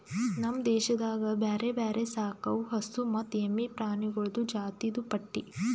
ನಮ್ ದೇಶದಾಗ್ ಬ್ಯಾರೆ ಬ್ಯಾರೆ ಸಾಕವು ಹಸು ಮತ್ತ ಎಮ್ಮಿ ಪ್ರಾಣಿಗೊಳ್ದು ಜಾತಿದು ಪಟ್ಟಿ